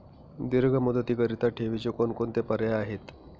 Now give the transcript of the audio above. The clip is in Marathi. दीर्घ मुदतीकरीता ठेवीचे कोणकोणते पर्याय आहेत?